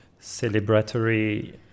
celebratory